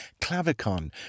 Clavicon